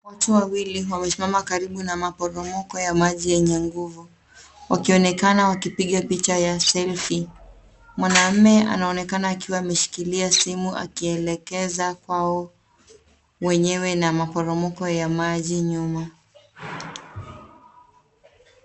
Watu wawili wamesimama karibu na maporomoko ya maji yenye nguvu wakionekana wakipiga picha ya selfie . Mwanamume anaonekana akiwa ameshikilia simu akielekeza kwao wenyewe na maporomoko ya maji nyuma.